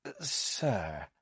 Sir